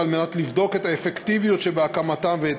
ועל מנת לבחון את האפקטיביות שבהקמתם ואת